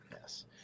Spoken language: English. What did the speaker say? Yes